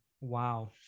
Wow